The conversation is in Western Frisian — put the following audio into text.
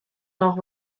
noch